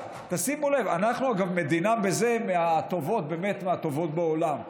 תשימו לב, אנחנו, אגב, מדינה מהטובות בעולם בזה.